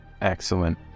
Excellent